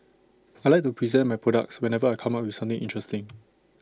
I Like to present my products whenever I come up with something interesting